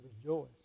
rejoice